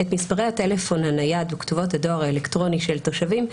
את מספרי הטלפון הנייד וכתובות הדואר האלקטרוני של תושבים,